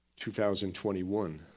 2021